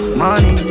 money